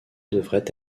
devrait